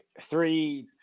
three